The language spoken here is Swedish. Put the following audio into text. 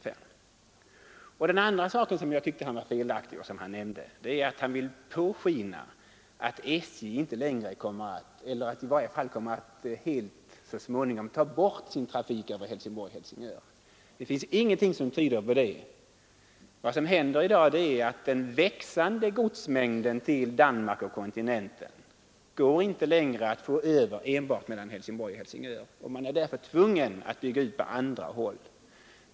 Den andra felaktigheten i herr Sjöholms anförande var när han ville påskina att SJ kommer att så småningom helt ta bort sin trafik över Helsingborg—Helsingör. Det finns ingenting som tyder på det. Vad som händer i dag är att den växande godsmängden till Danmark och kontinenten inte går att föra över enbart via Helsingborg—Helsingör. Man är därför tvungen bygga ut på andra håll.